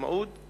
המשמעות היא